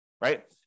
right